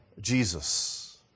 Jesus